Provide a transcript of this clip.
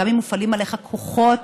גם אם מופעלים עליך כוחות